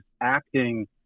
acting